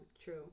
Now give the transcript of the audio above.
true